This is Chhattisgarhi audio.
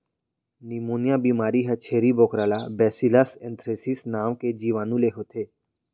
निमोनिया बेमारी ह छेरी बोकरा ला बैसिलस एंथ्रेसिस नांव के जीवानु ले होथे